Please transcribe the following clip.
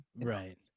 Right